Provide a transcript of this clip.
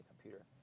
computer